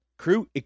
Crew